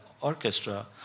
orchestra